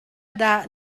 dah